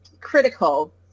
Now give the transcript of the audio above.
critical